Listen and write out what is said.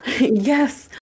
Yes